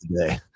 today